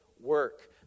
work